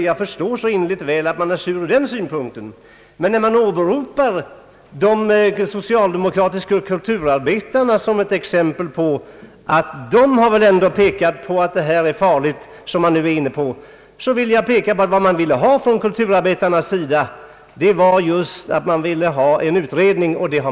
Jag förstår så innerligt väl att ni är sura i det avseendet.